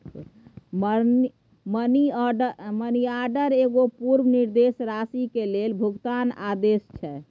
money order एगो पूर्व निर्दिष्ट राशि के लेल भुगतान आदेश छै